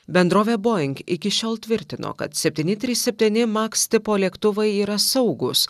bendrovė boing iki šiol tvirtino kad septyni trys septyni maks tipo lėktuvai yra saugūs